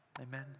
Amen